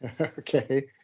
Okay